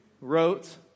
wrote